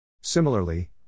Similarly